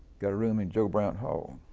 got a room in joe brown hall,